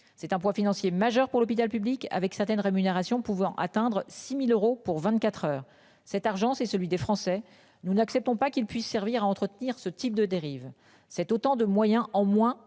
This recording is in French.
C'est un poids financier majeur pour l'hôpital public avec certaines rémunérations pouvant atteindre 6000 euros pour 24h, cet argent c'est celui des Français. Nous n'acceptons pas qu'il puisse servir à entretenir ce type de dérives, c'est autant de moyens en moins